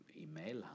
email